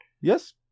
Yes